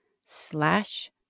slash